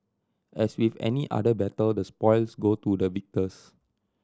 as with any other battle the spoils go to the victors